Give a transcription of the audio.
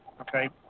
okay